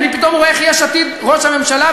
אני פתאום רואה איך יש עתיד בראשות הממשלה,